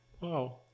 Wow